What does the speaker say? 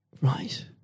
Right